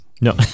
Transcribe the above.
No